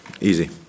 easy